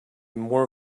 more